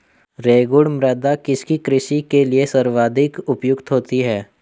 रेगुड़ मृदा किसकी कृषि के लिए सर्वाधिक उपयुक्त होती है?